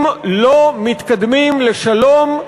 אם לא מתקדמים לשלום,